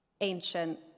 ancient